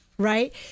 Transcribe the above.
Right